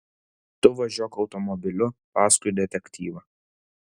tu važiuok automobiliu paskui detektyvą